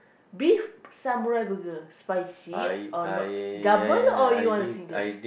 beef samurai burger spicy or not double or you want single